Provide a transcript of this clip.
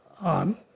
on